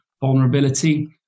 vulnerability